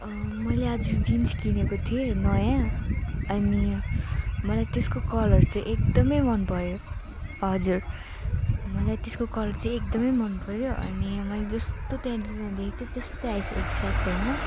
मैले आज जिन्स किनेको थिएँ नयाँ अनि मलाई त्यसको कलर चाहिँ एकदमै मन पर्यो हजुर मलाई चाहिँ त्यसको कलर चाहिँ एकदमै मन पर्यो अनि मैले जस्तो त्यहाँ डिजाइन देखेको थिएँ त्यस्तै आएछ एक्ज्याक्ट होइन